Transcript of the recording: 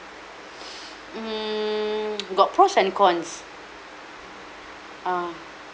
mm got pros and cons ah